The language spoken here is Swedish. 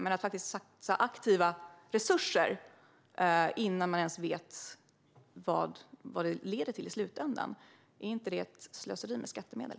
Men att satsa aktiva resurser innan man ens vet vad det leder till i slutändan - är inte det slöseri med skattemedel?